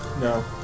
No